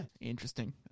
interesting